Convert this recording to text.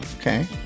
okay